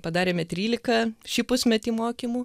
padarėme trylika šį pusmetį mokymų